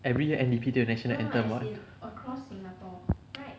every year N_D_P 都有 national anthem [what]